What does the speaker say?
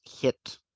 hit